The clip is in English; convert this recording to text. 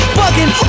bugging